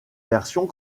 versions